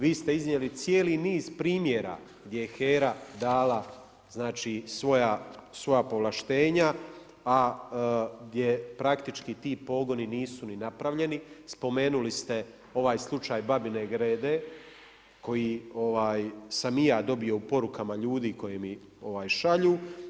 Vi ste iznijeli cijeli niz primjera gdje je HERA dala svoja povlaštenja a gdje praktički ti pogoni nisu ni napravljeni, spomenuli ste ovaj slučaj Babine Grede koji sam i ja dobio u porukama ljudi koji mi šalju.